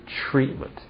treatment